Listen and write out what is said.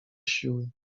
siły